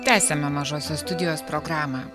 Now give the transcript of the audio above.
tęsiame mažose studijos programą